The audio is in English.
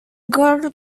girl